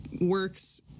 works